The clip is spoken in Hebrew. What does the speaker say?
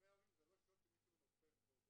תשלומי ההורים זה לא שוט שמישהו מנופף בו,